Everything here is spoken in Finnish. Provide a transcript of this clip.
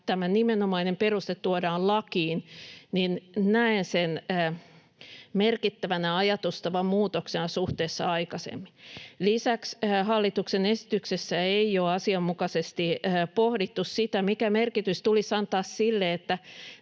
että tämä nimenomainen peruste tuodaan lakiin merkittävänä ajatustavan muutoksena suhteessa aikaisempaan. Lisäksi hallituksen esityksessä ei ole asianmukaisesti pohdittu sitä, mikä merkitys tulisi antaa sille,